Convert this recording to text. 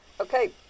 Okay